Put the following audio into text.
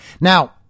Now